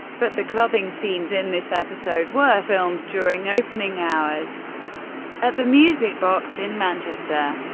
but the clubbing scenes in this episode were filmed during opening hours at the music box in manchester.